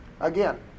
Again